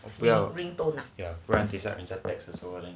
我不要 ya